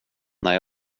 när